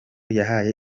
yahaye